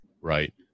Right